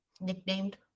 nicknamed